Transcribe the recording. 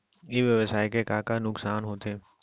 ई व्यवसाय के का का नुक़सान होथे?